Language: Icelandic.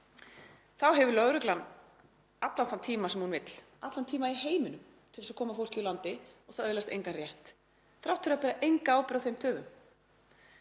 þá hefur lögreglan allan þann tíma sem hún vill, allan tíma í heiminum til að koma fólki úr landi og fólkið öðlast engan rétt þrátt fyrir að bera enga ábyrgð á þeim töfum.